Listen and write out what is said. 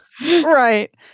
Right